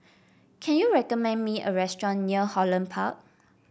can you recommend me a restaurant near Holland Park